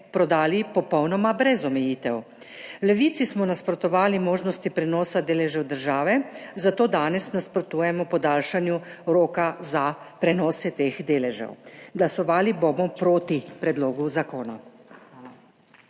prodali popolnoma brez omejitev. V Levici smo nasprotovali možnosti prenosa deležev države, zato danes nasprotujemo podaljšanju roka za prenose teh deležev. Glasovali bomo proti predlogu zakona.